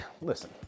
Listen